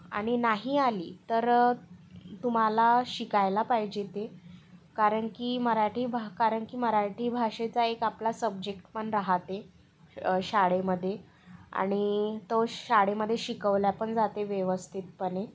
आणि नाही आली तर तुम्हाला शिकायला पाहिजे ते कारण की मराठी भा कारण की मराठी भाषेचा एक आपला सब्जेक्ट पण राहते शाळेमध्ये आणि तो शाळेमध्ये शिकवला पण जाते व्यवस्थितपणे